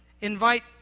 Invite